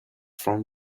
from